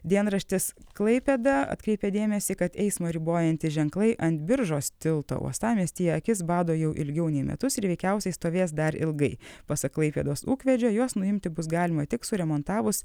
dienraštis klaipėda atkreipė dėmesį kad eismą ribojantys ženklai ant biržos tilto uostamiestyje akis bado jau ilgiau nei metus ir veikiausiai stovės dar ilgai pasak klaipėdos ūkvedžio juos nuimti bus galima tik suremontavus